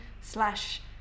slash